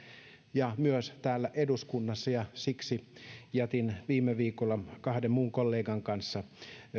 ja myös täällä eduskunnassa ja siksi jätin viime viikolla kahden muun kollegan kanssa